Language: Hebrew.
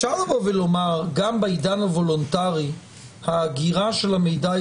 אפשר לבוא ולומר שגם בעידן הוולונטרי ההגירה של המידע היא